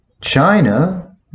China